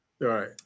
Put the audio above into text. Right